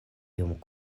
iom